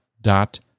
dot